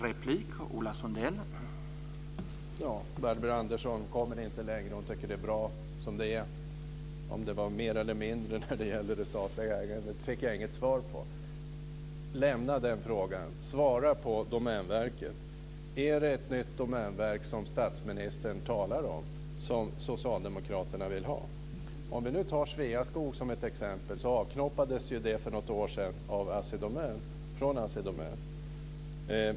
Herr talman! Barbro Andersson Öhrn kommer inte längre än så. Hon tycker att det är bra som det är. Om det handlar om mer eller mindre statligt ägande, fick jag inget svar på. Lämna den frågan. Svara på frågan om det är ett nytt domänverk som statsministern talar om som Socialdemokraterna vill ha. Vi kan ta Sveaskog som exempel. Det avknoppades för något år sedan från Assi Domän.